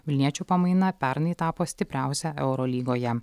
vilniečių pamaina pernai tapo stipriausia eurolygoje